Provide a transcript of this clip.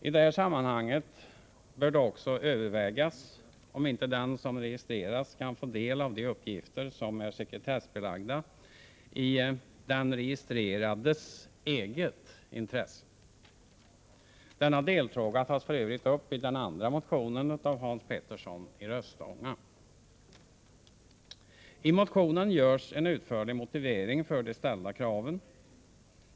I detta sammanhang bör då också övervägas om inte den som registrerats kan få del av de uppgifter som är sekretessbelagda i den registrerades eget intresse. Denna delfråga tas för övrigt upp i den andra motionen av Hans Petersson i Röstånga. I vpk-motionen ges en utförlig motivering för de ställda kraven.